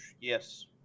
Yes